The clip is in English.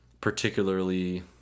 particularly